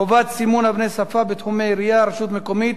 (חובת סימון אבני שפה בתחומי עירייה ורשות מקומית),